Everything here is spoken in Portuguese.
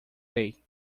rei